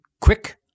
quick